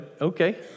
okay